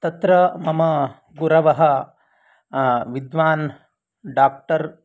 तत्र मम गुरवः विद्वान् डाक्टर्